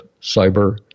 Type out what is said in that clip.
cyber